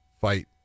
fight